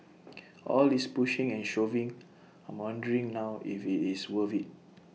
all this pushing and shoving I'm wondering now if IT is worth IT